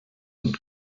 und